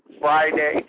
Friday